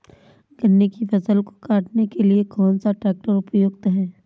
गन्ने की फसल को काटने के लिए कौन सा ट्रैक्टर उपयुक्त है?